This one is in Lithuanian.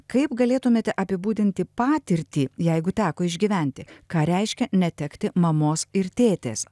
kaip galėtumėte apibūdinti patirtį jeigu teko išgyventi ką reiškia netekti mamos ir tėtės